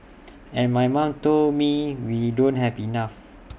and my mom told me we don't have enough